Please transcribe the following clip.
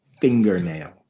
fingernail